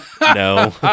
no